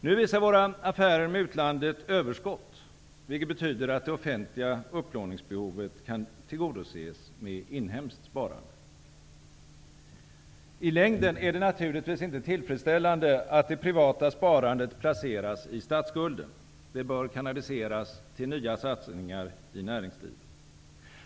Nu visar våra affärer med utlandet överskott, vilket betyder att det offentliga upplåningsbehovet kan tillgodoses med inhemskt sparande. I längden är det naturligtvis inte tillfredsställande att det privata sparandet placeras i statsskulden -- det bör kanaliseras till nya satsningar i näringslivet.